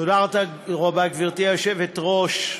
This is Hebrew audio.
תודה רבה, גברתי היושבת-ראש.